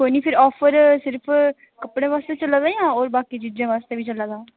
कोई नी फिर आफर सिर्फ कपड़े आस्ते चला दा जां बाकी चीजें आस्तै बी चला दा